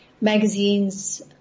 magazines